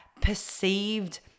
perceived